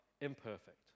imperfect